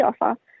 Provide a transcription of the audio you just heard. offer